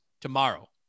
tomorrow